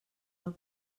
del